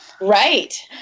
Right